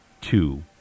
two